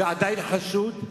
ועדיין חשוד,